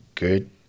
good